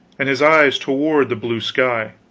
and his eyes toward the blue sky,